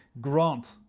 grant